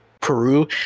peru